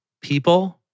people